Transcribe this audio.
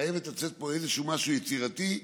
חייב לצאת פה איזה משהו יצירתי,